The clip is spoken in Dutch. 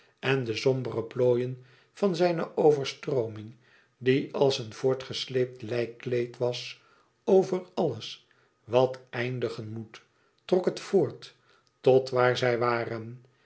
en de sombere plooien van zijne overstrooming die als een voortgesleept lijkkleed was over alles wat eindigen moet trok het voort tot waar zij waren